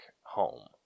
home